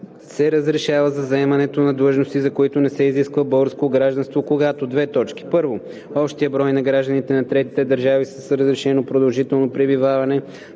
се разрешава за заемането на длъжности, за които не се изисква българско гражданство, когато: 1. общият брой на гражданите на трети държави с разрешено продължително пребиваване,